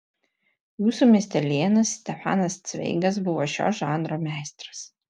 jūsų miestelėnas stefanas cveigas buvo šio žanro meistras